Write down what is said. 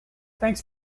thanks